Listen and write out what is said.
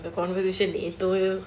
the conversation into you